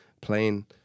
playing